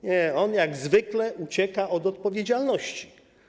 Nie, on jak zwykle ucieka od odpowiedzialności.